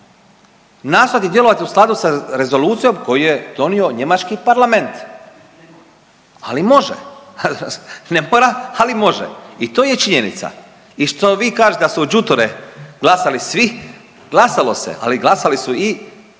nastojati djelovati u skladu sa rezolucijom koju je donio njemački parlament, ali može …/Govornik se ne razumije/…ali može i to je činjenica. I što vi kažete da su u đuture glasali svi, glasalo se, ali glasali su i